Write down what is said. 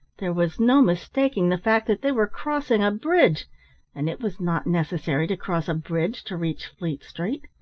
there was no mistaking the fact that they were crossing a bridge and it was not necessary to cross a bridge to reach fleet street.